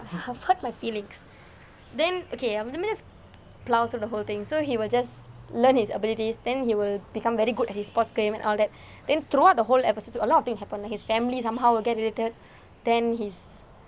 have hurt my feelings then okay I'm just gonna plowed through the whole thing so he will just learn his abilities then he will become very good at his sports game and all that then throughout the whole episode a lot of thing happen like his family somehow will get deleted then his